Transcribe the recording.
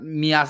mi